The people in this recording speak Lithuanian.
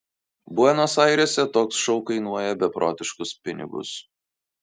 buenos airėse toks šou kainuoja beprotiškus pinigus